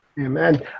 Amen